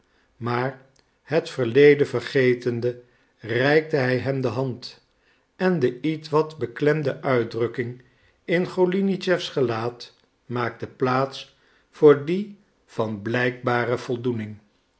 maar het verleden vergetende reikte hij hem de hand en de ietwat beklemde uitdrukking in golinitschefs gelaat maakte plaats voor die van blijkbare voldoening